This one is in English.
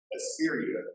Assyria